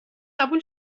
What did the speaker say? قبول